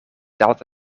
daalt